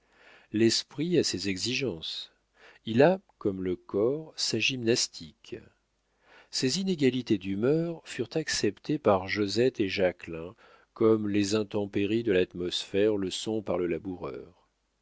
l'esprit a ses exigences il a comme le corps sa gymnastique ces inégalités d'humeur furent acceptées par josette et jacquelin comme les intempéries de l'atmosphère le sont pour le laboureur